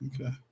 Okay